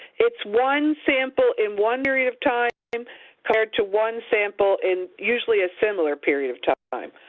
it's one sample in one period of time um compared to one sample in usually a similar period of time,